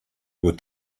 were